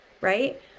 right